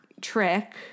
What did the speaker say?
trick